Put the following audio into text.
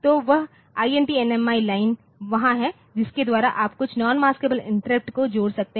तो वह INT NMI line वहाँ है जिसके द्वारा आप कुछ नॉन मस्क़ब्ले इंटरप्ट को जोड़ सकते हैं